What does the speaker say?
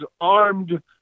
armed